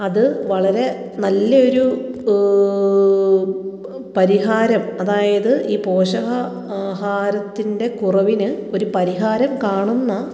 അത് വളരെ നല്ല ഒരു പ പരിഹാരം അതായത് ഈ പോഷക ആഹാരത്തിൻ്റെ കുറവിന് ഒരു പരിഹാരം കാണുന്ന